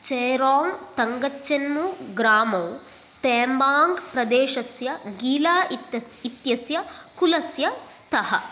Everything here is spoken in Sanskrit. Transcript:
चेरोङ्ग् तङ्गचेन्मु ग्रामौ तेम्बाङ्ग् प्रदेशस्य गीला इत् इत्यस्य कुलस्य स्तः